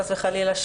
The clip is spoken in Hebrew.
חס וחלילה,